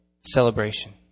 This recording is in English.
celebration